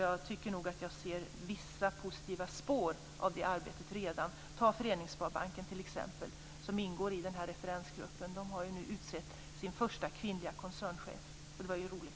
Jag tycker nog att jag ser vissa positiva spår av detta arbete redan. T.ex. har Föreningssparbanken, som ingår i referensgruppen, nu utsett sin första kvinnliga koncernchef. Det tycker jag är roligt.